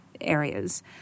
areas